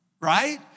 right